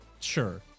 sure